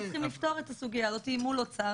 אנחנו צריכים לפתור את הסוגיה הזאת מול האוצר,